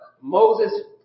Moses